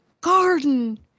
garden